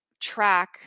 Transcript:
track